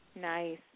Nice